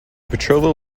betrothal